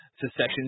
secession